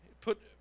put